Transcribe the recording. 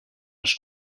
els